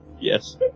Yes